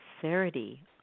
sincerity